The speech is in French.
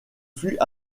fut